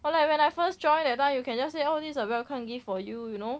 or like when I first joined that time you can just say oh this is a welcome gift for you you know